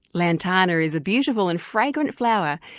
lantana is a beautiful and fragrant flower.